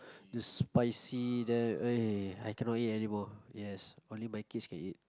the spicy the eh I cannot eat anymore yes only my kids can eat